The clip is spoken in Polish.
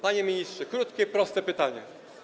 Panie ministrze, krótkie, proste pytanie.